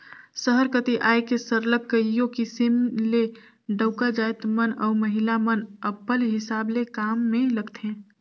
सहर कती आए के सरलग कइयो किसिम ले डउका जाएत मन अउ महिला मन अपल हिसाब ले काम में लगथें